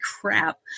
crap